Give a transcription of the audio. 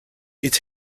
its